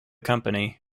company